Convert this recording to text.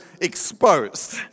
exposed